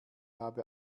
habe